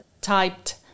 typed